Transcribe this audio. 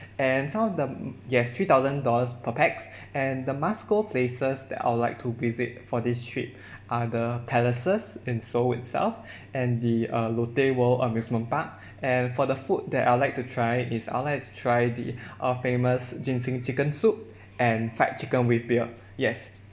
and some of the m~ yes three thousand dollars per pax and the must go places that I will like to visit for this trip are the palaces in seoul itself and the uh lotte world amusement park and for the food that I will like to try is I will like to try the uh famous ginseng chicken soup and fried chicken with beer yes